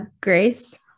grace